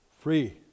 Free